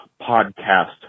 podcast